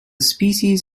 species